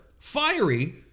Fiery